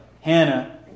Hannah